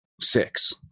six